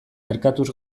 erkatuz